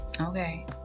Okay